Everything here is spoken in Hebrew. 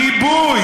גיבוי,